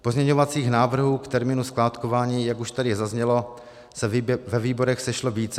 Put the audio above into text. Pozměňovacích návrhů k termínu skládkování, jak už tady zaznělo, se ve výborech sešlo více.